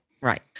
Right